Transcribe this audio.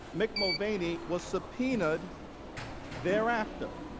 mc mulvaney was subpoenaed thereafter.